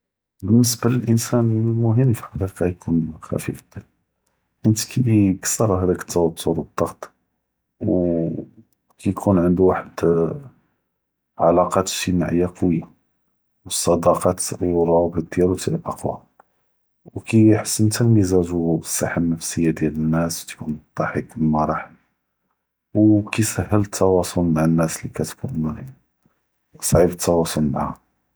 באלניסבה לאנסאן אלמוהם יכון ח’פיף אלצ’ל חית יקדר כיכסר האדאכ אלתותור ו אלד’צ’ט ו או כיכון ענדו וחד עלאקאת אג’תימאעיה קויה, ו אלצדאקאת צבורא ו ראבט דיאלו תיקון אקוה ו כיחסן תא מזאג’ ו אלצהה אלנפסיה דיאל אנאס ו תיקון באלצ’חכ ו אלמרח, ו כיסהל אלתואצול מעא לאנאס לי כתכון מעאיא, צעיב.